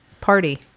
party